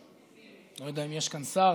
אני לא יודע אם יש כאן שר,